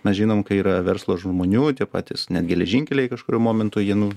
mes žinom kai yra verslo žmonių tie patys net geležinkeliai kažkuriuo momentu jie nu